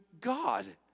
God